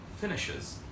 finishes